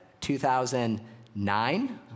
2009